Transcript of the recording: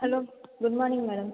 hello good morning madam